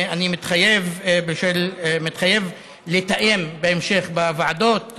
אני מתחייב לתאם בהמשך, בוועדות,